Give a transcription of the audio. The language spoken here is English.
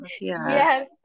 Yes